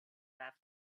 left